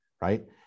right